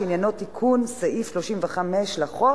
שעניינו תיקון סעיף 35 לחוק